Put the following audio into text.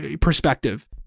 perspective